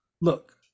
Look